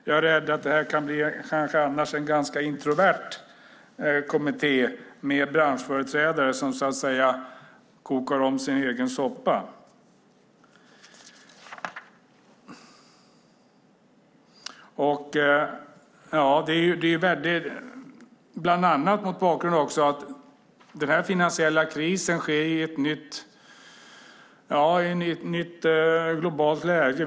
Jag är rädd att det annars kan bli en ganska introvert kommitté med branschföreträdare som kokar om sin egen soppa. Den finansiella krisen sker i ett nytt globalt läge.